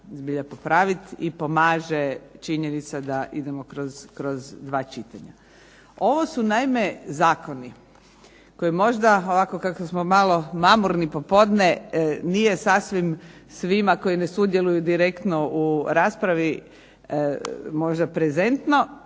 i pomaže činjenica da idemo kroz dva čitanja. Ovo su naime Zakoni, koji možda, ovako kako smo malo mamurni popodne, nije svima sasvim koji ne sudjeluju direktno u raspravi, možda prezentno,